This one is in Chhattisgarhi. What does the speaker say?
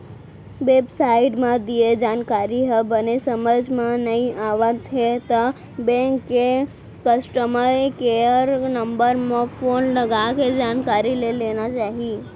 बेब साइट म दिये जानकारी ह बने समझ म नइ आवत हे त बेंक के कस्टमर केयर नंबर म फोन लगाके जानकारी ले लेना चाही